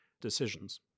decisions